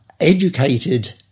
educated